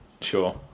sure